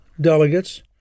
delegates